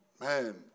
man